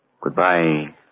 Goodbye